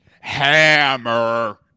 Hammer